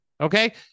Okay